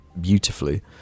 beautifully